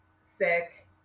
sick